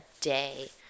day